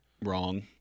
Wrong